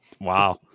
Wow